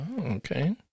Okay